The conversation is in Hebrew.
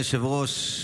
אדוני היושב-ראש,